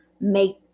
make